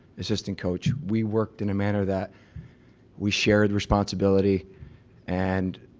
assistant coach, we worked in a manner that we shared responsibility and